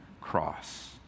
cross